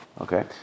Okay